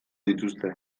dituzte